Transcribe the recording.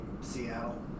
Seattle